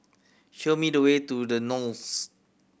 show me the way to The Knolls